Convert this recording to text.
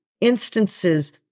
instances